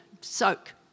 soak